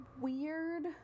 weird